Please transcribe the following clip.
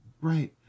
Right